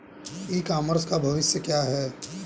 ई commerce का भविष्य क्या है?